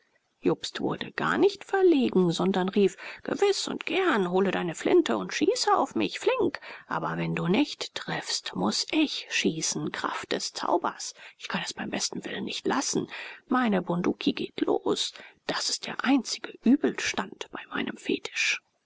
jobst wurde gar nicht verlegen sondern rief gewiß und gern hole deine flinte und schieße auf mich flink aber wenn du nicht triffst muß ich schießen kraft des zaubers ich kann es beim besten willen nicht lassen meine bunduki geht los das ist der einzige übelstand bei meinem fetisch